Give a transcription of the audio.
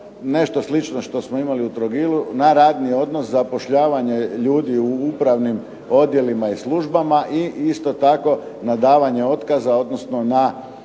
nešto slično što smo imali u Trogiru na radni odnos, zapošljavanje ljudi u upravnim odjelima i službama i isto tako na davanje otkaza, odnosno na